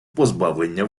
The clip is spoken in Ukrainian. позбавлення